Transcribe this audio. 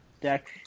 deck